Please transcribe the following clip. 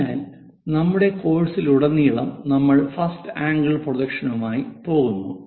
അതിനാൽ നമ്മുടെ കോഴ്സിലുടനീളം നമ്മൾ ഫസ്റ്റ് ആംഗിൾ പ്രൊജക്ഷനുമായി പോകുന്നു